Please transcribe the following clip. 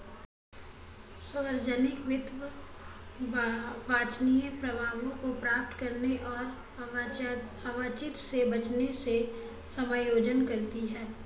सार्वजनिक वित्त वांछनीय प्रभावों को प्राप्त करने और अवांछित से बचने से समायोजन करती है